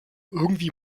irgendwie